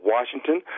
Washington